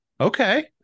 Okay